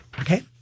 Okay